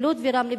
בלוד וברמלה,